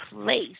place